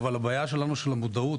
אבל הבעיה שלנו של המודעות,